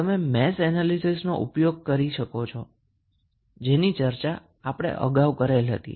તમે mesh analysis નો ઉપયોગ કરી શકો છો જેની ચર્ચા આપણે અગાઉ કરેલ છે